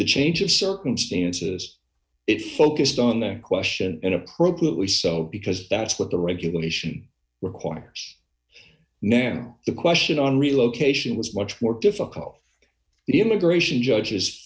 the change of circumstances it focused on that question and appropriately so because that's what the regulation requires narron the question on relocation was much more difficult the immigration judges